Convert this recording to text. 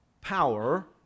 power